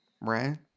right